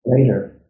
later